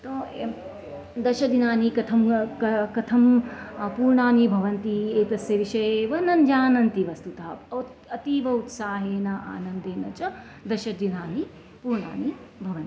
तु अयं दशदिनानि कथं कथं पूर्णानि भवन्ति एतस्य विषये एव न जानन्ति वस्तुतः अतीव उत्साहेन आनन्देन च दशदिनानि पूर्णानि भवन्ति